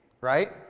Right